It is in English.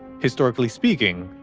historically speaking,